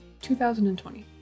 2020